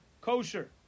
kosher